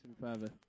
further